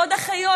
לעוד אחיות,